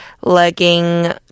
legging